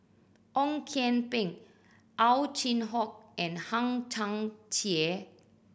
Ong Kian Peng Ow Chin Hock and Hang Chang Chieh